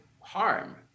harm